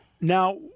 now